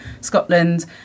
Scotland